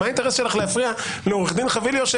מה האינטרס שלך להפריע לעורך הדין חביליו,